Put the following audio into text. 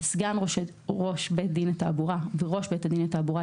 סגן ראש בית דין לתעבורה וראש בית דין לתעבורה,